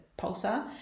pulsar